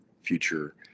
future